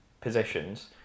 positions